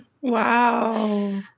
Wow